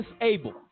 disable